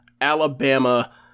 Alabama